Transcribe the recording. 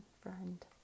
friend